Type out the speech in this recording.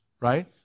right